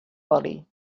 oli